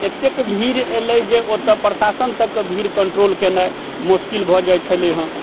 एतेक भीड़ अयलै जे ओतऽ प्रशासन तकके भीड़ कन्ट्रोल केनाइ मश्किल भऽ जाइ छलै हँ